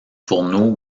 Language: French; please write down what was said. fourneau